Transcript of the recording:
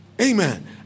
Amen